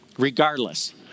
Regardless